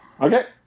Okay